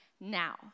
now